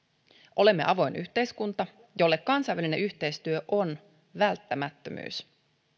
olemme avoin yhteiskunta jolle kansainvälinen yhteistyö on välttämättömyys